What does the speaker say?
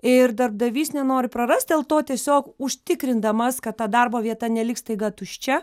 ir darbdavys nenori prarast dėl to tiesiog užtikrindamas kad ta darbo vieta neliks staiga tuščia